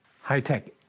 high-tech